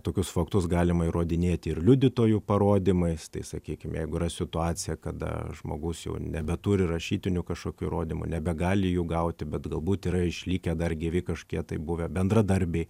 tokius faktus galima įrodinėti ir liudytojų parodymais tai sakykim jeigu yra situacija kada žmogus jau nebeturi rašytinių kažkokių įrodymų nebegali jų gauti bet galbūt yra išlikę dar gyvi kažkokie tai buvę bendradarbiai